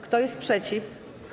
Kto jest przeciw?